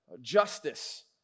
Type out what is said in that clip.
Justice